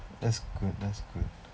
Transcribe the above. that's good that's good